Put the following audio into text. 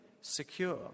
secure